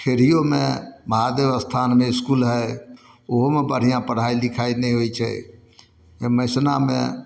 खेड़ियोमे महादेव स्थानमे इसकुल हइ ओहूुमे बढ़िआँ पढ़ाइ लिखाइ नहि होइ छै मैसनामे